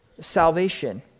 salvation